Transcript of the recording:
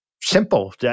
simple